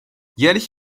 jährlich